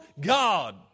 God